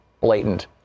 blatant